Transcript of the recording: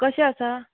कशें आसा